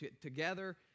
together